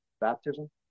baptism